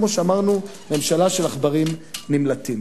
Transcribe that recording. כמו שאמרנו, ממשלה של עכברים נמלטים.